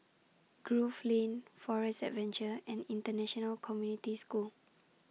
Grove Lane Forest Adventure and International Community School